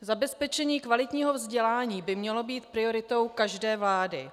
Zabezpečení kvalitního vzdělání by mělo být prioritou každé vlády.